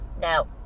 no